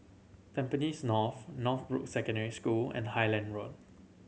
Tampines North Northbrooks Secondary School and Highland Road